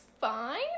fine